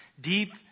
deep